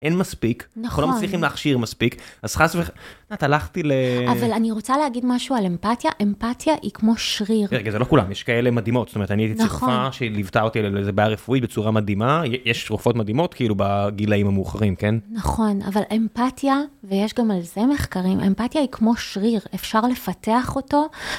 אין מספיק, אנחנו לא מצליחים להכשיר מספיק, אז חס וח... הלכתי ל... אבל אני רוצה להגיד משהו על אמפתיה, אמפתיה היא כמו שריר. רגע, זה לא כולם, יש כאלה מדהימות, זאת אומרת, אני הייתי אצל רופאה שליוותה אותי על איזה בעיה רפואית בצורה מדהימה, יש רופאות מדהימות כאילו בגילאים המאוחרים, כן? נכון, אבל אמפתיה, ויש גם על זה מחקרים, אמפתיה היא כמו שריר, אפשר לפתח אותו.